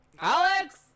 Alex